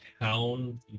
town